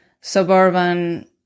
suburban